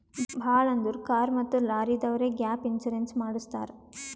ಭಾಳ್ ಅಂದುರ್ ಕಾರ್ ಮತ್ತ ಲಾರಿದವ್ರೆ ಗ್ಯಾಪ್ ಇನ್ಸೂರೆನ್ಸ್ ಮಾಡುಸತ್ತಾರ್